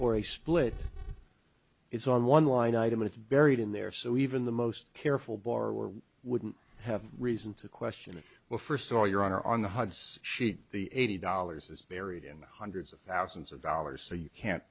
for a split it's on one line item it's buried in there so even the most careful borrower wouldn't have reason to question well first of all your honor on the hudson sheet the eighty dollars is buried in the hundreds of thousands of dollars so you can't